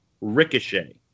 Ricochet